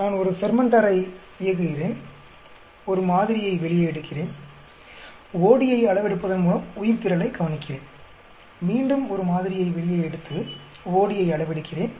நான் ஒரு பெர்மென்டாரை இயக்குகிறேன் ஒரு மாதிரியை வெளியே எடுக்கிறேன் ODயை அளவெடுப்பதன் மூலம் உயிர்த்திரளை கவனிக்கிறேன் மீண்டும் ஒரு மாதிரியை வெளியே எடுத்து ODயை அளவெடுக்கிறேன்